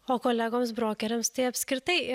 o kolegoms brokeriams tai apskritai